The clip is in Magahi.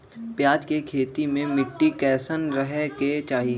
प्याज के खेती मे मिट्टी कैसन रहे के चाही?